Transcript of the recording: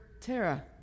Tara